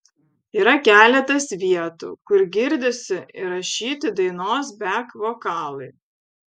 yra keletas vietų kur girdisi įrašyti dainos bek vokalai